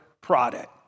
product